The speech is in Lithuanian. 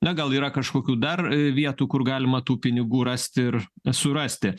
na gal yra kažkokių dar vietų kur galima tų pinigų rast ir surasti